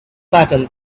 patterns